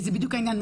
וזה בדיוק העניין.